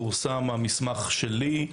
פורסם המסמך שלי.